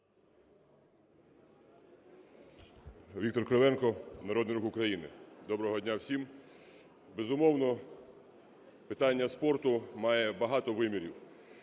Віктор Кривенко, Народний Рух України. Доброго дня всім! Безумовно, питання спорту має багато вимірів